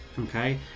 okay